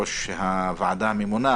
ראש הוועדה הממונה,